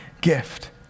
gift